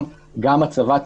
גם הצבת תנאים,